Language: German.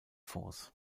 force